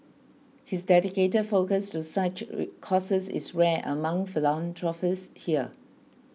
his dedicated focus to such causes is rare among philanthropists here